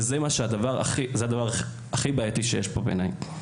וזה הדבר הכי בעייתי שיש פה בעיניי.